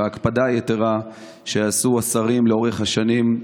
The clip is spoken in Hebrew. ההקפדה היתרה שעשו השרים לאורך השנים,